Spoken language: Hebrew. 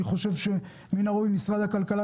אני חושב שמן הראוי שמשרד הכלכלה,